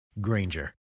Granger